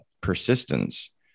persistence